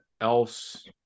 else